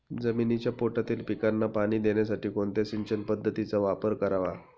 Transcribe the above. जमिनीच्या पोटातील पिकांना पाणी देण्यासाठी कोणत्या सिंचन पद्धतीचा वापर करावा?